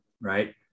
right